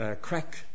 crack